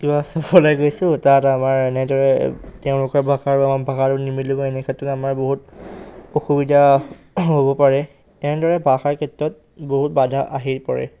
কিবা চবালৈ গৈছোঁ তাত আমাৰ এনেদৰে তেওঁলোকৰ ভাষা আৰু আমাৰ ভাষাটো নিমিলিব এনে ক্ষেত্ৰত আমাৰ বহুত অসুবিধা হ'ব পাৰে এনেদৰে ভাষাৰ ক্ষেত্ৰত বহুত বাধা আহি পৰে